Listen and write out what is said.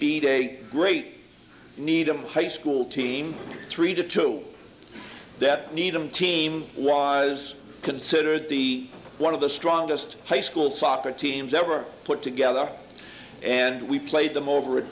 beat a great needham high school team three to two that needham team was considered the one of the strongest high school soccer teams ever put together and we played them over at